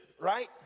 right